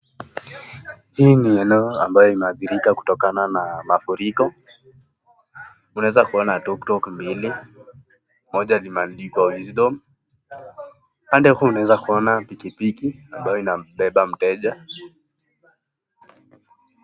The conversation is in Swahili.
Hii ni eneo ambayo imeadhirika kutokana na mafuriko . Unaweza kuona tuk tuk mbili moja limeandikwa wisdom kando yake unaweza kuona pikipiki ambayo inambeba mteja.